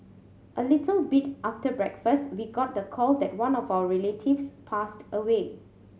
a little bit after breakfast we got the call that one of our relatives passed away